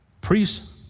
Priests